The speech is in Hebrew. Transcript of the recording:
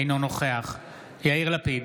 אינו נוכח יאיר לפיד,